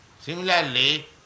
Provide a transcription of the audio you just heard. Similarly